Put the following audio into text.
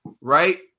right